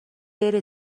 بره